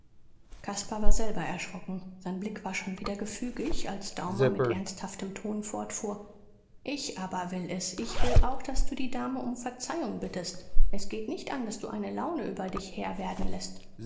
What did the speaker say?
war selber erschrocken sein blick war schon wieder gefügig als daumer mit ernsthaftem ton fortfuhr ich aber will es ich will auch daß du die dame um verzeihung bittest es geht nicht an daß du eine laune über dich herr werden läßt